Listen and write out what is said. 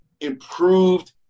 improved